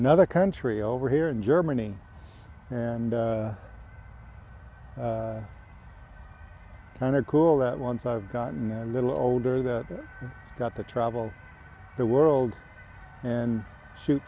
another country over here in germany and kind of cool that once i've gotten a little older that i got to travel the world and shoot